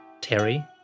Terry